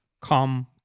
come